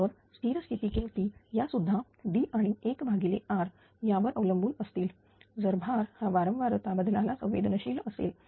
तर स्थिर स्थिती किमती या सुद्धा D आणि 1 भागिले R यावर अवलंबून असतील जर भार हा वारंवार बदलाला संवेदनशील असेल